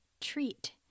TREAT